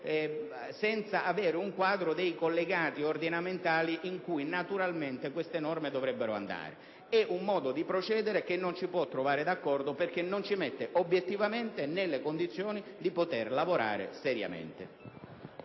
senza avere un quadro dei collegati ordinamentali in cui naturalmente queste norme dovrebbero andare. È un modo di procedere che non ci può trovare d'accordo, perché non ci mette nelle condizioni di lavorare seriamente.